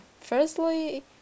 firstly